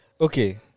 Okay